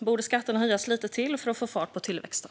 Borde skatterna höjas lite till för att få fart på tillväxten?